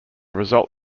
result